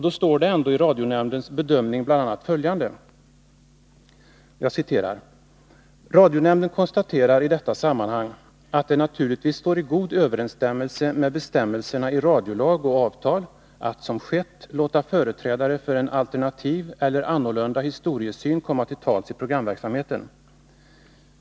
Då står det ändå i radionämndens bedömning bl.a. följande: ”Radionämnden konstaterar i detta sammanhang att det naturligtvis står i god överensstämmelse med bestämmelserna i radiolag och avtal att, som skett, låta företrädare för en alternativ eller annorlunda historiesyn komma till tals i programverksamheten.